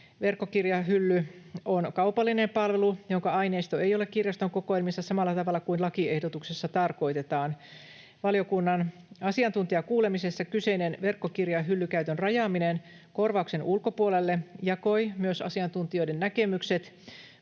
Verkkokirjahylly on kaupallinen palvelu, jonka aineisto ei ole kirjaston kokoelmissa samalla tavalla kuin lakiehdotuksessa tarkoitetaan. Valiokunnan asiantuntijakuulemisessa kyseinen verkkokirjahyllykäytön rajaaminen korvauksen ulkopuolelle jakoi myös asiantuntijoiden näkemykset.